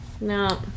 No